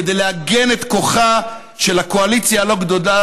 כדי לעגן את כוחה של הקואליציה הלא-גדולה